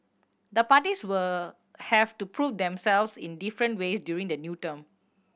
the parties will have to prove themselves in different ways during the new term